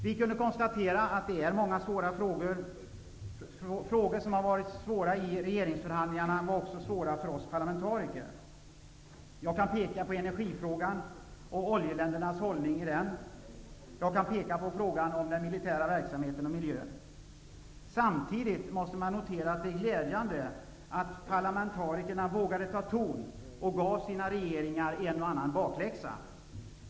Vi kunde konstatera att många frågor varit svåra i regeringsförhandlingarna och även för oss parlamentariker. Jag kan peka på oljeländernas hållning i energifrågan och på frågan om den militära verksamheten och miljön. Samtidigt är det glädjande att kunna konstatera att parlamentarikerna vågade ta ton och gav sina regeringar en och annan bakläxa.